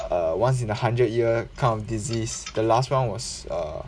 uh once in a hundred year kind of disease the last round was err